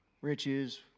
Riches